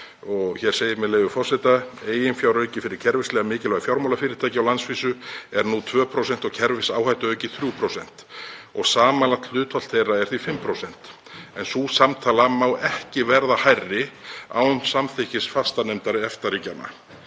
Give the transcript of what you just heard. Þar segir, með leyfi forseta: „Eiginfjárauki fyrir kerfislega mikilvæg fjármálafyrirtæki á landsvísu er nú 2% og kerfisáhættuauki 3% og samanlagt hlutfall þeirra er því 5%, en sú samtala má ekki verða hærri án samþykkis fastanefndar EFTA-ríkjanna.“